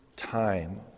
time